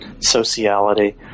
sociality